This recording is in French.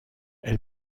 elle